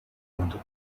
wanted